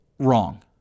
wrong